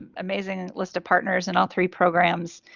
and amazing list of partners and all three programs.